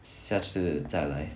下次再来